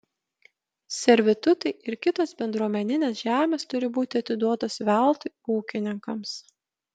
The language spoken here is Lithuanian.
servitutai ir kitos bendruomeninės žemės turi būti atiduotos veltui ūkininkams